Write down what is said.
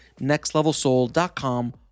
nextlevelsoul.com